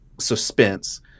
suspense